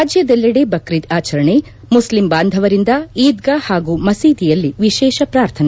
ರಾಜ್ಯದೆಲ್ಲೆಡೆ ಬ್ರಕ್ರೀದ್ ಆಚರಣೆ ಮುಸ್ಲಿಂ ಬಾಂಧವರಿಂದ ಈದ್ಗಾ ಮೈದಾನ ಹಾಗೂ ಮಸೀದಿಯಲ್ಲಿ ವಿಶೇಷ ಪ್ರಾರ್ಥನೆ